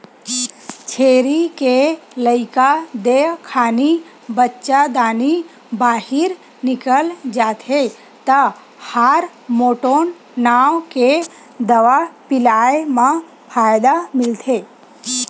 छेरी के लइका देय खानी बच्चादानी बाहिर निकल जाथे त हारमोटोन नांव के दवा पिलाए म फायदा मिलथे